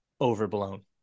overblown